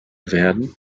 werden